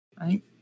right